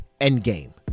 Endgame